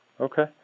Okay